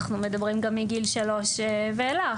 אנחנו מדברים גם מגיל 3 ואילך,